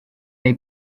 neu